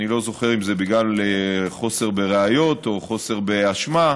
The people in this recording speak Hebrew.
אני לא זוכר אם זה בגלל חוסר בראיות או חוסר באשמה,